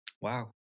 Wow